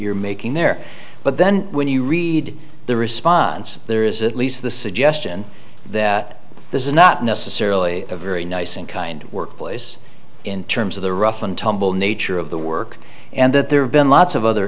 you're making there but then when you read the response there is at least the suggestion that this is not necessarily a very nice and kind workplace in terms of the rough and tumble nature of the work and that there have been lots of other